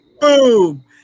boom